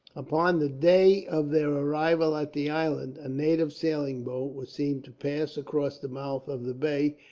upon the day of their arrival at the island, a native sailing boat was seen to pass across the mouth of the bay.